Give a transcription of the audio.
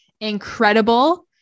incredible